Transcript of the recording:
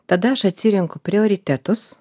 tada aš atsirenku prioritetus